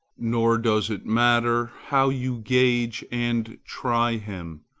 nor does it matter how you gauge and try him.